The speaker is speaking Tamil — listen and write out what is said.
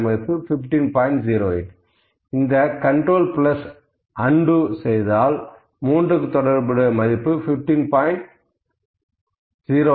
08 இந்த கண்ட்ரோல் பிளஸ் அண்டு செய்தால் 3க்கு தொடர்புடைய மதிப்பு 15